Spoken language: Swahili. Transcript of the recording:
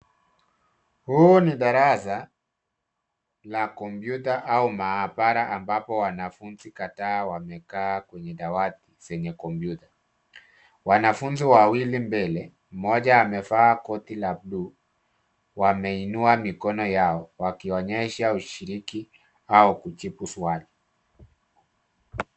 Hili ni darasa la kompyuta au maabara ambapo wanafunzi kadhaa wamekaa kwenye dawati zenye kompyuta. Wanafunzi wawili mbele, mmoja amevaa koti la bluu wameinua mikono yao wakionyesha ushiriki au kijibu swali.